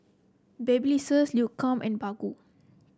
Babyliss Lancome and Baggu